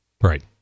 Right